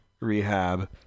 rehab